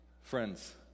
Friends